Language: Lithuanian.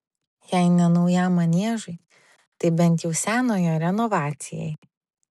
jei ne naujam maniežui tai bent jau senojo renovacijai